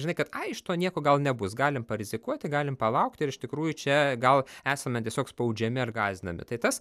žinai kad ai iš to nieko gal nebus galim parizikuoti galim palaukti ir iš tikrųjų čia gal esame tiesiog spaudžiami ar gąsdinami tai tas